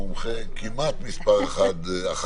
המומחה כמעט מספר אחת בכנסת,